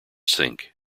sync